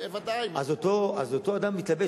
אז אותו אדם התלבט,